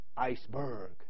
iceberg